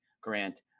Grant